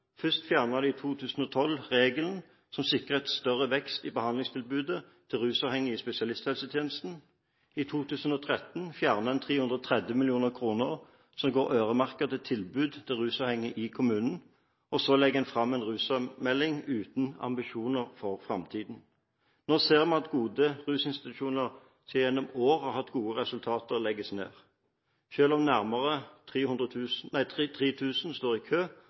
rusavhengige en trippelsmell. I 2012 fjernet de regelen som skal sikre større vekst i behandlingstilbudet til rusavhengige i spesialisthelsetjenesten, i 2013 fjerner de 330 mill. kr som går øremerket til tilbudet til rusavhengige i kommunene, og så legger de fram en rusmelding uten ambisjoner for framtiden. Nå ser vi at gode rusinstitusjoner som gjennom år har hatt gode resultater, legges ned, selv om nærmere 3 000 står i kø,